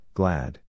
glad